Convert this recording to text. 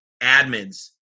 admins